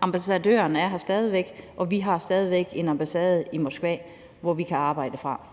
Ambassadøren er her stadig væk, og vi har stadig væk en ambassade i Moskva, hvor vi kan arbejde fra.